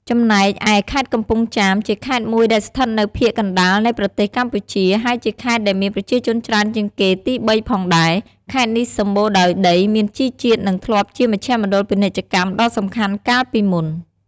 ចំណែកឯខេត្តកំពង់ចាម ជាខេត្តមួយដែលស្ថិតនៅភាគកណ្តាលនៃប្រទេសកម្ពុជា ហើយជាខេត្តដែលមានប្រជាជនច្រើនជាងគេទីបីផងដែរ ខេត្តនេះសម្បូរដោយដីមានជីជាតិនិងធ្លាប់ជាមជ្ឈមណ្ឌលពាណិជ្ជកម្មដ៏សំខាន់កាលពីមុន។